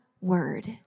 word